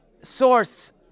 source